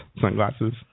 sunglasses